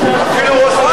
נתקבלה.